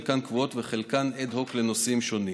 חלקן קבועות וחלקן אד-הוק לנושאים שונים.